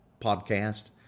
podcast